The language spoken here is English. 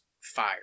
fire